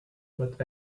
but